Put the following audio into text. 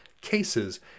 cases